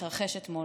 שהתרחש אתמול.